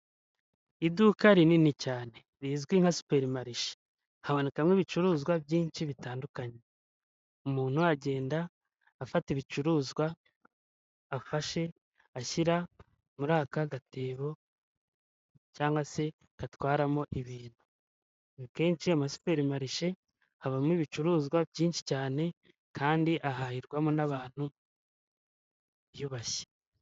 Iduka rinini cyane rizwi nka superimarishe, habonekamo ibicuruzwa byinshi bitandukanye. Umuntu agenda afata ibicuruzwa afashe ashyira muri aka gatebo, cyangwa se gatwaramo ibintu. Ni kenshi amasuperimarishe habamo ibicuruzwa byinshi cyane, kandi ahahirwamo n'abantu biyubashye.